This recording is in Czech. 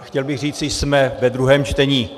Chtěl bych říci: jsme ve druhém čtení.